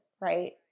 right